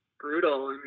brutal